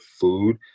food